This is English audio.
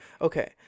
Okay